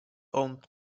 owned